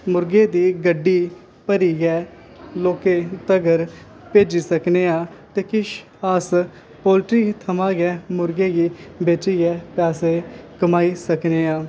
मुर्गें दी गड्डी भरियै लोकें तगर भेजी सकने आं ते किश अस पोल्ट्री थमां गै अस मुर्गे गी बेचियै अस पैसे कमाई सकने आं